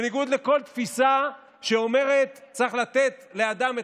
בניגוד לכל תפיסה שאומרת: צריך לתת לאדם את